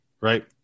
right